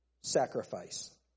sacrifice